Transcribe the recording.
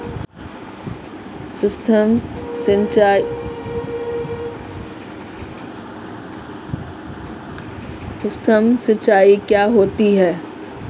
सुक्ष्म सिंचाई क्या होती है?